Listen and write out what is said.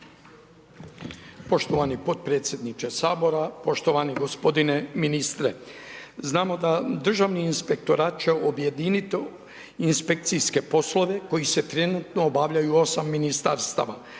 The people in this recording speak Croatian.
Poštovani potpredsjedniče Sabora, poštovani gospodine ministre. Znamo da Državni inspektorat će objediniti inspekcijske poslove koji se trenutno obavljaju u 8 Ministarstava.